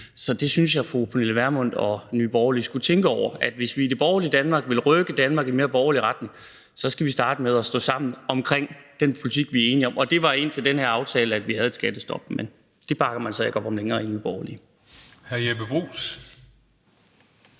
Det synes jeg at fru Pernille Vermund og Nye Borgerlige skulle tænke over, for hvis vi borgerlige vil rykke Danmark i en mere borgerlig retning, skal vi starte med at stå sammen om den politik, vi er enige om. Det var indtil den her aftale, at vi havde et skattestop, men det bakker man så ikke længere op om i Nye Borgerlige. Kl. 13:53 Den